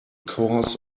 course